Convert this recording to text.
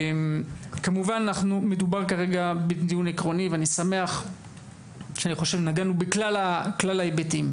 כמובן מדובר כרגע בדיון עקרוני ואני שמח שאני חושב נגענו בכלל ההיבטים.